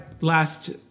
last